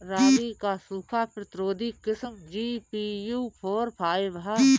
रागी क सूखा प्रतिरोधी किस्म जी.पी.यू फोर फाइव ह?